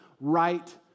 right